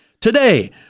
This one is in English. today